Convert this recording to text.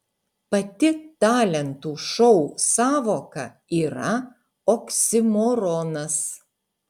pati talentų šou sąvoka yra oksimoronas